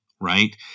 Right